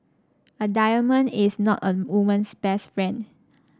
a diamond is not a woman's best friend